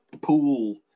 pool